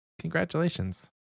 Congratulations